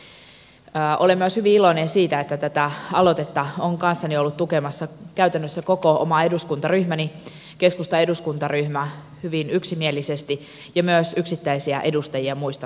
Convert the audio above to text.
olen myös hyvin iloinen siitä että tätä aloitetta on kanssani ollut tukemassa käytännössä koko oma eduskuntaryhmäni keskustan eduskuntaryhmä hyvin yksimielisesti ja myös yksittäisiä edustajia muista puolueista